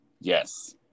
Yes